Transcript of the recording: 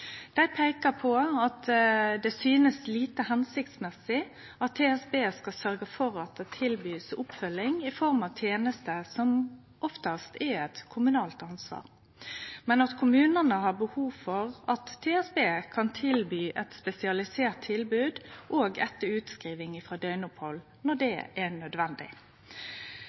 Dei peikar på at det verkar lite hensiktsmessig at tverrfagleg spesialisert rusbehandling skal sørgje for at det blir tilbydt oppfølging i form av tenester som oftast er eit kommunalt ansvar. Men kommunane har behov for at tverrfagleg spesialisert rusbehandling kan tilby eit spesialisert tilbod, også etter utskriving frå døgnopphald, når det er nødvendig.